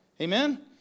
Amen